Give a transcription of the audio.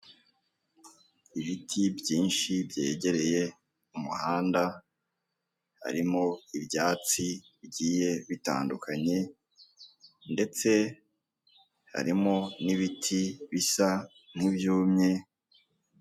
Imodoka yu'mweru iri mu muhanda wumukara ifite amapine y'umukara, iri mu mabara yu'mweru ndetse harimo n'mabara y'umuhondo, iruhande rwayo hari ipikipiki itwaye umuntu umwe wambaye agakote k'umuhondo ndetse n'ubururu, ipantaro y'umweru ndetse numupira w'mweru n'undi wambaye umupira wumukara ipantaro y'umuhondo werurutse n'ingofero y'ubururu ahetse n'igikapu cy'umukara.